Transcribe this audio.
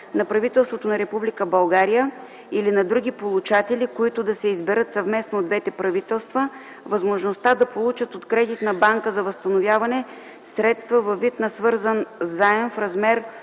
на правителството на Република България или на други получатели, които да се изберат съвместно от двете правителства, възможността да получат от Кредитна банка за възстановяване средства във вид на свързан заем в размер